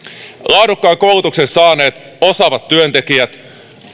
laadukkaan koulutuksen saaneet osaavat työntekijät